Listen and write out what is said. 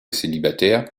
célibataire